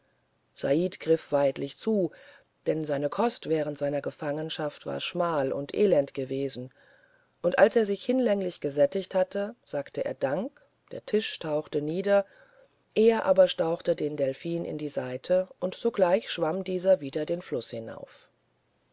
said griff weidlich zu denn seine kost während seiner gefangenschaft war schmal und elend gewesen und als er sich hinlänglich gesättigt hatte sagte er dank der tisch tauchte nieder er aber stauchte den delphin in die seite und sogleich schwamm dieser weiter den fluß hinauf